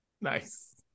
Nice